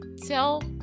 tell